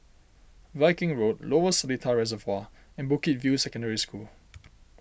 Viking Road Lower Seletar Reservoir and Bukit View Secondary School